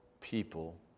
people